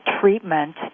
treatment